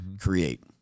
create